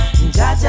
Jaja